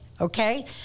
okay